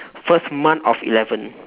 first month of eleven